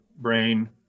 Brain